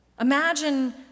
Imagine